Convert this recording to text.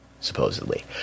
supposedly